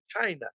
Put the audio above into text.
China